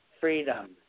Freedom